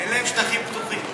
אין להם שטחים פתוחים.